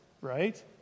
right